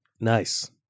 Nice